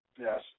Yes